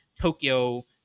Tokyo